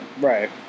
Right